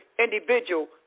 individual